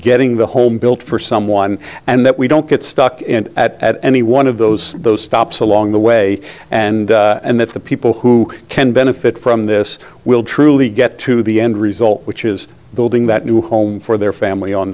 getting the home built for someone and that we don't get stuck in at any one of those those stops along the way and and that the people who can benefit from this will truly get to the end result which is building that new home for their family on